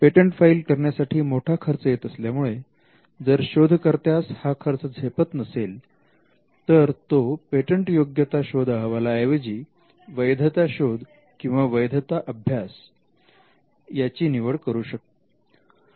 patent file करण्यासाठी मोठा खर्च येत असल्यामुळे जर शोधकर्त्यास हा खर्च झेपत नसेल तर तो पेटंटयोग्यता शोध अहवाला ऐवजी वैधता शोध किंवा वैधता अभ्यास याची निवड करू शकतो